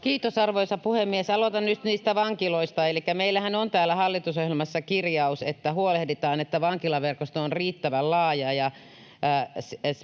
Kiitos, arvoisa puhemies! Aloitan nyt niistä vankiloista. Elikkä meillähän on täällä hallitusohjelmassa kirjaus, että huolehditaan, että vankilaverkosto on riittävän laaja